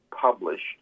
published